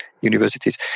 universities